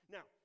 Now